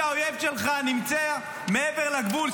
האויב שלך נמצא מעבר לגבול,